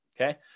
okay